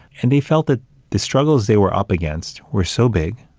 and they felt that the struggles they were up against were so big,